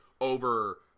over